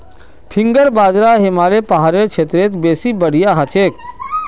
finger बाजरा हिमालय पहाड़ेर क्षेत्रत बेसी बढ़िया हछेक